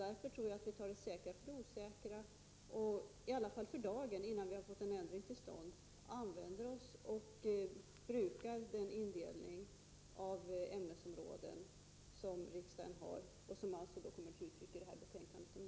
Därför tror jag att vi bör ta det säkra för det osäkra och i alla fall för dagen, så länge vi inte har fått en ändring till stånd, använda oss av och bruka den indelning av ämnesområden som riksdagen har, och som alltså kommer till uttryck i detta betänkande om nedrustning.